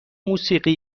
موسیقی